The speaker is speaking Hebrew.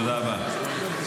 תודה רבה.